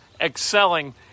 Excelling